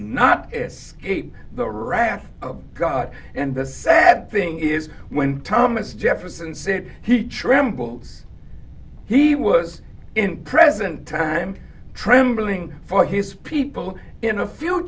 not escape the wrath of god and the sad thing is when thomas jefferson said he trembles he was in present time trembling for his people in a f